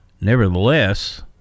nevertheless